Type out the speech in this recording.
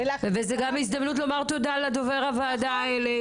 זו גם הזדמנות להודות לשמוליק דובר הוועדה